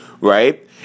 right